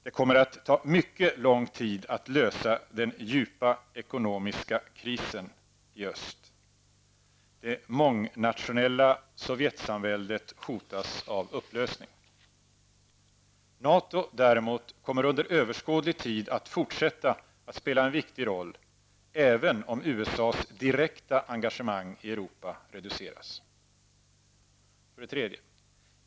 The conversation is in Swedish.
Det kommer att ta mycket lång tid att lösa den djupa ekonomiska krisen i öst. Det mångnationella Sovjetsamväldet hotas av upplösning. NATO däremot kommer under överskådlig tid att fortsätta att spela en viktig roll, även om USAs direkta engagemang i Europa reduceras.